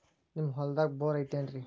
ನಿಮ್ಮ ಹೊಲ್ದಾಗ ಬೋರ್ ಐತೇನ್ರಿ?